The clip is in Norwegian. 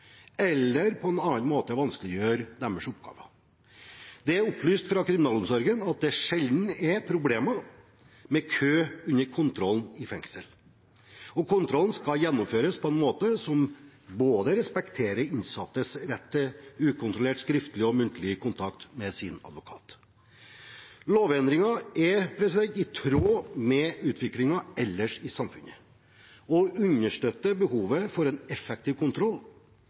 eller på annen måte vanskeliggjør deres oppgaver. Det er opplyst fra kriminalomsorgen at det sjelden er problemer med kø under kontrollen i fengsel. Kontrollen skal gjennomføres på en måte som respekterer innsattes rett til både skriftlig og muntlig ukontrollert kontakt med sin advokat. Lovendringen er i tråd med utviklingen ellers i samfunnet og understøtter behovet for en effektiv kontroll,